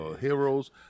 heroes